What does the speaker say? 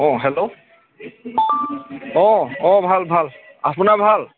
অঁ হেল্ল' অঁ অঁ ভাল ভাল আপোনাৰ ভাল